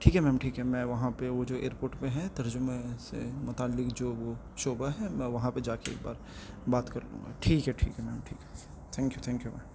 ٹھیک ہے میم ٹھیک ہے میں وہاںہ وہ جو ایئرپورٹ پہ ہیں ترجمہ سے متعلق جو وہ شعبہ ہے میں وہاں پہ جا کے ایک بار بات کر لوں گا ٹھیک ہے ٹھیک ہے میم ٹھیک ہے thank you thank you ma'am